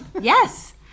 Yes